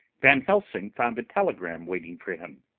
van helsing found a telegram waiting for him